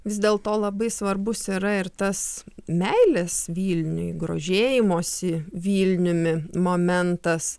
vis dėlto labai svarbus yra ir tas meilės vilniui grožėjimosi vilniumi momentas